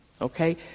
okay